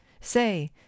say